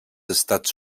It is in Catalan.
estats